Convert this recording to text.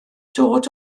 dod